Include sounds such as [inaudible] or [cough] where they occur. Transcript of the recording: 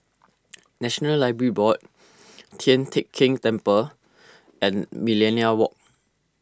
[noise] National Library Board Tian Teck Keng Temple and Millenia Walk